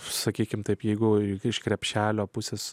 sakykime taip jeigu iš krepšelio pusės